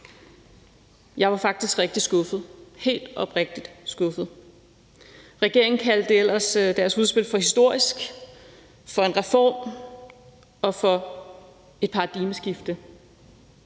Jeg var faktisk rigtig skuffet, helt oprigtigt skuffet. Regeringen kaldte ellers deres udspil for historisk, for en reform og for et paradigmeskifte.